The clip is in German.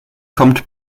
kommt